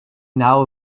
now